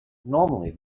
normally